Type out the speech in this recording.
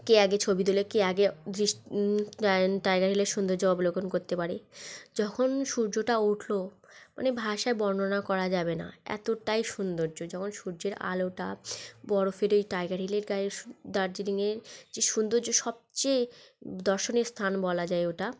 কে আগে ছবি তোলে কে আগে দৃষ্ টাইগার হিলের সৌন্দর্য অবলোকন করতে পারে যখন সূর্যটা উঠল মানে ভাষায় বর্ণনা করা যাবে না এতোটাই সৌন্দর্য যখন সূর্যের আলোটা বরফের ওই টাইগার হিলের গায়ে সূ দার্জিলিংয়ের যে সৌন্দর্য সবচেয়ে দর্শনীয় স্থান বলা যায় ওটা